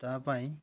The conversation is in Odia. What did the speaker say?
ତା' ପାଇଁ